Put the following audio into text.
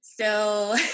So-